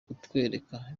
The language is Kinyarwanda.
kutwereka